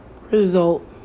result